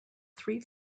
three